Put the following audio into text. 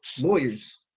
lawyers